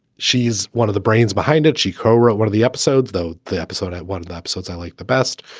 she's one of the brains behind it. she co-wrote one of the episodes, though, the episode at one of the episodes. i like the best,